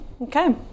Okay